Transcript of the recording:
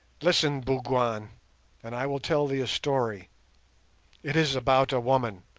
listen, bougwan and i will tell thee a story it is about a woman,